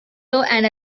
and